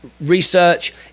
research